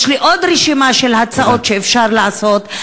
יש לי עוד רשימה של הצעות שאפשר לעשות,